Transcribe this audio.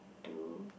two